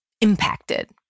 impacted